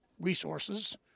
resources